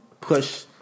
push